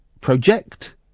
project